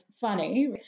funny